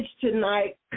tonight